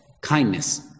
kindness